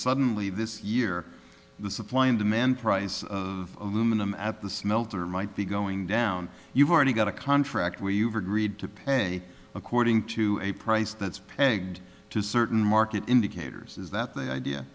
suddenly this year the supply and demand price of them at the smelter might be going down you've already got a contract where you've agreed to pay according to a price that's pegged to certain market indicators is that the idea